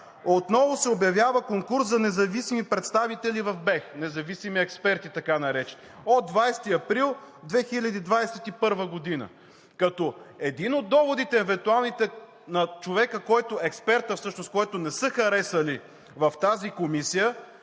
отново се обявява конкурс за независими представители в БЕХ, независими експерти, така наречени – от 20 април 2021 г.? Като един от евентуалните доводи на човека, който всъщност е експертът, който не са харесали в тази комисия,